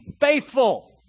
faithful